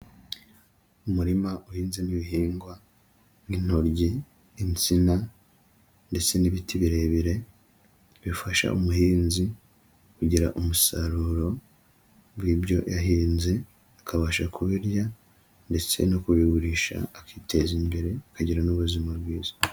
Umurima uhinzemo ibihingwa n'intoryi, insina ndetse n'ibiti birebire, bifasha umuhinzi kugira umusaruro w'ibyo yahinze, akabasha kubirya ndetse no kubigurisha, akiteza imbere, akagira n'ubuzima bwiza.